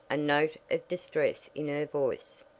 a note of distress in her voice.